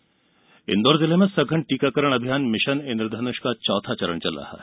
टीकाकरण इंदौर जिले में सघन टीकाकरण अभियान मिषन इंद्रधनुष का चौथा चरण चल रहा है